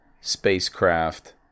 spacecraft